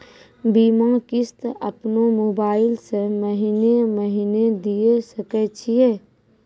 बीमा किस्त अपनो मोबाइल से महीने महीने दिए सकय छियै?